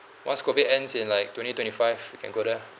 once COVID ends in like twenty twenty five you can go there